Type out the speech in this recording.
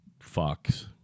fucks